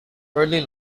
early